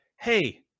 Hey